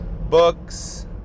books